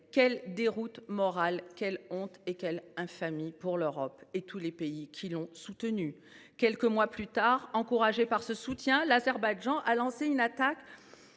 Quelle déroute morale, quelle honte et quelle infamie pour l’Europe et tous les pays qui l’ont soutenue ! Quelques mois plus tard, encouragé par ce soutien, l’Azerbaïdjan a lancé une attaque,